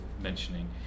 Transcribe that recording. mentioning